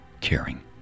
caring